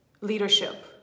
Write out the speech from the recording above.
leadership